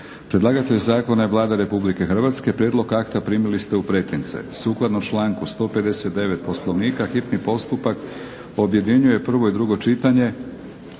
Predlagatelj zakona je Vlada Republike Hrvatske. Prijedlog akta primili ste u pretince. Sukladno članku 159. Poslovnika hitni postupak objedinjuje prvo i drugo čitanje,